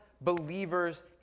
Believers